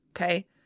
Okay